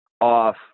off